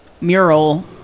mural